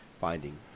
finding